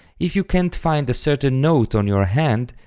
if you can't find a certain note on your hand,